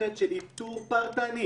במערכת של איתור פרטני